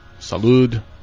Salud